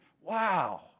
Wow